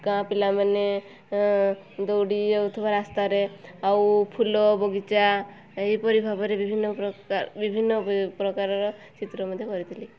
ଗାଁ ପିଲାମାନେ ଦୌଡ଼ିଯାଉଥିବା ରାସ୍ତାରେ ଆଉ ଫୁଲ ବଗିଚା ଏହିପରି ଭାବରେ ବିଭିନ୍ନ ପ୍ରକାର ବିଭିନ୍ନ ବେ ପ୍ରକାରର ଚିତ୍ର ମଧ୍ୟ କରିଥିଲି